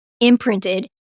imprinted